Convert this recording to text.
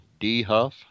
dhuff